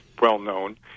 well-known